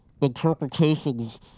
interpretations